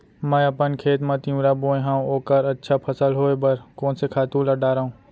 मैं अपन खेत मा तिंवरा बोये हव ओखर अच्छा फसल होये बर कोन से खातू ला डारव?